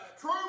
True